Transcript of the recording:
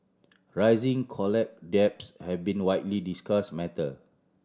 rising college debts have been a widely discuss matter